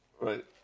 Right